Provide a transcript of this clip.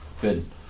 Good